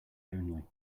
only